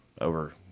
over